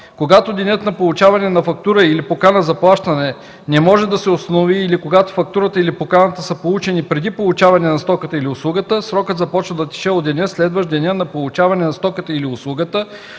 Когато денят на получаване на фактурата или поканата за плащане не може да се установи или когато фактурата или поканата са получени преди получаване на стоката или услугата, срокът започва да тече от деня, следващ деня на получаване на стоката или услугата,